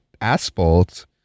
asphalt